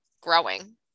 growing